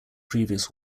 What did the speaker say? previous